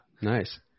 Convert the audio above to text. Nice